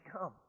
come